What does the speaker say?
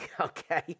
okay